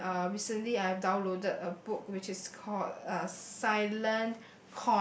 and uh recently I have downloaded a book which is called uh silent